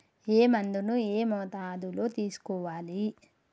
ఏ మందును ఏ మోతాదులో తీసుకోవాలి?